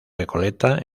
recoleta